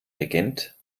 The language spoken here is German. regent